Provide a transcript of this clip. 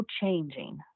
changing